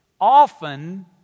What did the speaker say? often